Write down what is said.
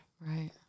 right